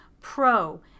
pro